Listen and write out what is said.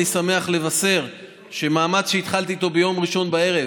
אני שמח לבשר שמאמץ שהתחלתי בו ביום ראשון בערב